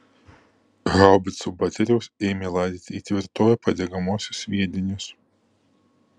haubicų baterijos ėmė laidyti į tvirtovę padegamuosius sviedinius